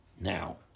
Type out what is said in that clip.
Now